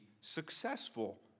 successful